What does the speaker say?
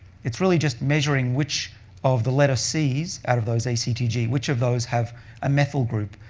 it's really just measuring which of the letter cs out of those a, c, t, g, which of those have a methyl group,